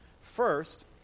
First